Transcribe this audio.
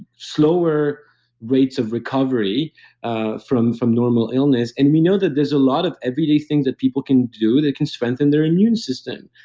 slower rates of recovery ah from from normal illness, and we know that there's a lot of everyday things that people can do that can strengthen their immune system.